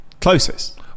closest